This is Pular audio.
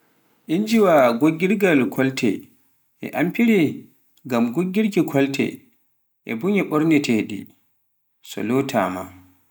injiwa goggirgal kolte e amfire ngam goggirki kolte, e bunye ɓorneteeɗe so lotaama.